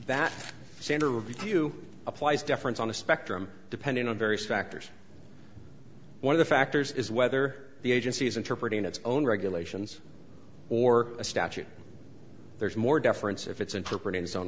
that standard review applies deference on a spectrum depending on various factors one of the factors is whether the agency is interpreting its own regulations or a statute there's more deference if it's interpreted his own